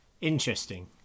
Interesting